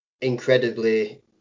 incredibly